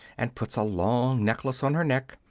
and puts a long necklace on her neck.